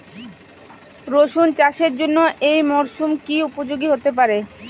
রসুন চাষের জন্য এই মরসুম কি উপযোগী হতে পারে?